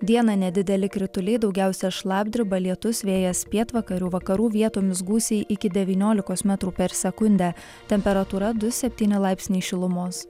dieną nedideli krituliai daugiausia šlapdriba lietus vėjas pietvakarių vakarų vietomis gūsiai iki devyniolikos metrų per sekundę temperatūra du septyni laipsniai šilumos